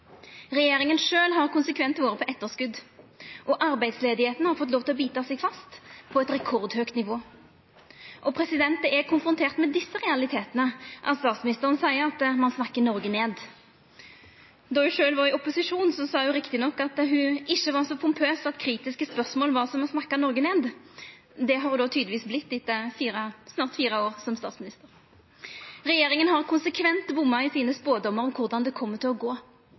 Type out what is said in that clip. Regjeringa sjølv har konsekvent vore på etterskot, og arbeidsløysa har fått lov til å bita seg fast på eit rekordhøgt nivå. Det er konfrontert med desse realitetane at statsministeren seier at ein snakkar Noreg ned. Då ho sjølv var i opposisjon, sa ho rett nok at ho ikkje var så pompøs at kritiske spørsmål var som å snakka Noreg ned. Det har ho tydelegvis vorte etter snart fire år som statsminister. Regjeringa har konsekvent bomma i spådomane sine om korleis det kjem til å gå.